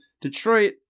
Detroit